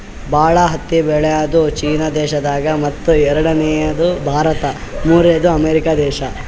ಭಾಳ್ ಹತ್ತಿ ಬೆಳ್ಯಾದು ಚೀನಾ ದೇಶದಾಗ್ ಮತ್ತ್ ಎರಡನೇದು ಭಾರತ್ ಮೂರ್ನೆದು ಅಮೇರಿಕಾ ದೇಶಾ